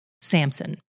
Samson